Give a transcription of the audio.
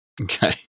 okay